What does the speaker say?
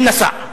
והוא כן נסע,